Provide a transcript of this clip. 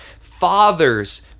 fathers